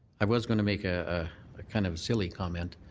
i was going to make a ah kind of silly comment.